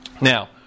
Now